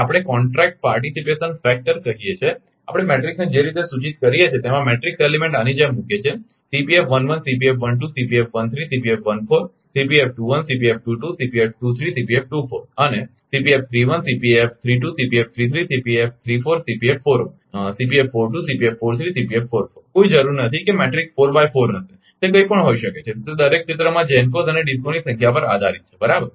આપણે contract participation factor કહીએ છે આપણે મેટ્રિક્સને જે રીતે સૂચિત કરીએ છીએ તેમાં મેટ્રિક્સ એલીમેન્ટ આની જેમ મૂકીએ છીએ અને કોઈ જરૂર નથી કે મેટ્રિક્સ 4x4 હશે તે કંઈપણ હોઈ શકે છે તે દરેક ક્ષેત્રમાં GENCOs અને DISCOs ની સંખ્યા પર આધારિત છે બરાબર